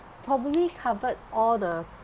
probably covered all the